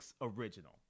original